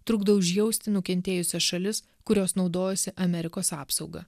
trukdo užjausti nukentėjusias šalis kurios naudojosi amerikos apsauga